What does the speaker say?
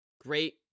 Great